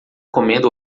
comendo